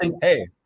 hey